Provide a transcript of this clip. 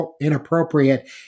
inappropriate